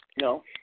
No